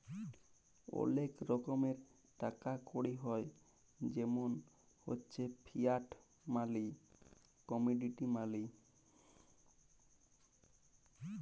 ওলেক রকমের টাকা কড়ি হ্য় জেমল হচ্যে ফিয়াট মালি, কমডিটি মালি